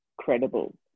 Credible